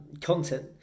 content